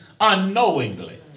unknowingly